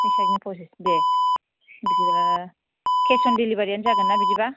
दे बिदिबा case one डिलिभारियानो जागोन ना बिदिबा